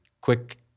quick